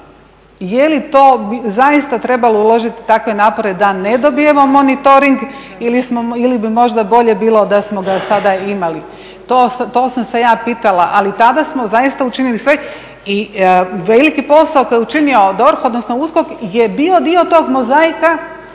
je li to zaista trebalo uložiti takve napore da ne dobijemo monitoring ili bi možda bolje bilo da smo ga sada imali. To sam se ja pitala, ali tada smo zaista učinili sve i veliki posao koji je učinio DORH odnosno USKOK je bio dio tog mozaika